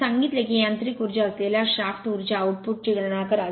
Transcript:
मी सांगितले की यांत्रिक उर्जा असलेल्या शाफ्ट उर्जा आउटपुट ची गणना करा